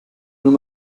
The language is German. nur